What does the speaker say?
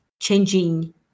changing